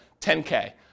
10K